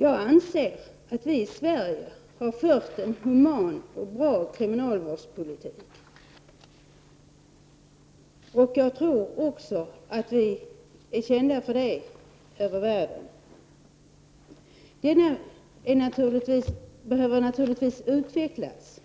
Jag anser att vi i Sverige har fört en human och bra kriminalvårdspolitik. Det tror jag vi är kända för i hela världen. Kriminalvården behöver naturligtvis utvecklas.